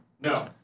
No